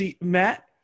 Matt